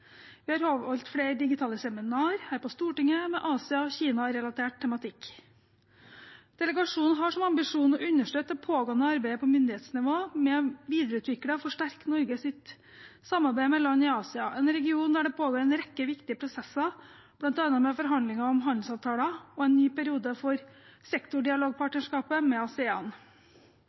Vi har avholdt flere digitale seminarer her på Stortinget med Asia- og Kina-relatert tematikk. Delegasjonen har som ambisjon å understøtte det pågående arbeidet på myndighetsnivå ved å videreutvikle og forsterke Norges samarbeid med land i Asia – en region der det pågår en rekke viktige prosesser, bl.a. med forhandlinger om handelsavtaler og en ny periode for sektordialogpartnerskapet med ASEAN.